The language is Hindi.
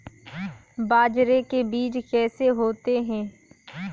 बाजरे के बीज कैसे होते हैं?